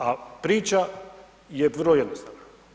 A priča je vrlo jednostavna.